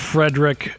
Frederick